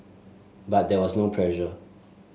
but there was no pressure